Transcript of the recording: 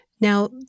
now